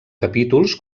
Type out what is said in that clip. capítols